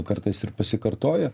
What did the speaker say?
kartais ir pasikartoja